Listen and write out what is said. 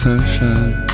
Sunshine